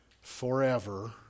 forever